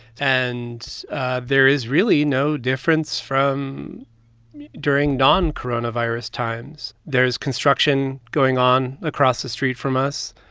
and there is really no difference from during non-coronavirus times. there is construction going on across the street from us.